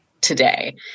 today